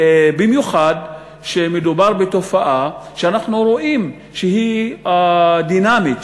במיוחד כשמדובר בתופעה שאנחנו רואים שהיא דינמית,